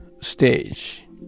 stage